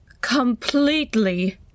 Completely